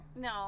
No